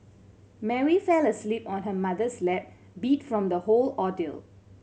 Mary fell asleep on her mother's lap beat from the whole ordeal